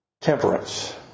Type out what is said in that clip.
temperance